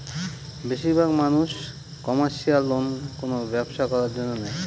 বেশির ভাগ মানুষ কমার্শিয়াল লোন কোনো ব্যবসা করার জন্য নেয়